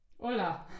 Hola